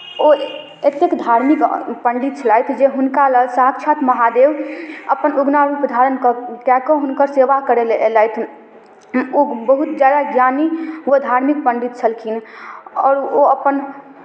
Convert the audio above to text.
ओ एतेक धार्मिक पण्डित छलथि जे हुनका लेल साक्षात महादेव अपन उगना रूप धारण कए कऽ हुनकर सेवा करै लेल एलथि ओ बहुत ज्यादा ज्ञानी ओ धार्मिक पण्डित छलखिन आओर ओ अपन